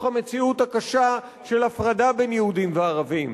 המציאות הקשה של הפרדה בין יהודים וערבים,